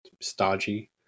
stodgy